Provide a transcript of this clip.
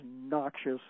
noxious